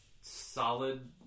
solid